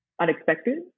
unexpected